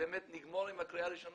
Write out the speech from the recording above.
שבאמת נגמור עם הקריאה הראשונה.